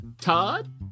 Todd